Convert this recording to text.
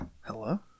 hello